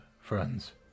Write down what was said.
friends